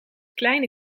kleine